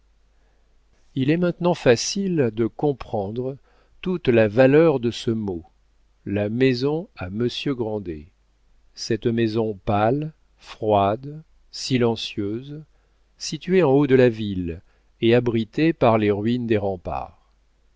il est maintenant facile de comprendre toute la valeur de ce mot la maison à monsieur grandet cette maison pâle froide silencieuse située en haut de la ville et abritée par les ruines des remparts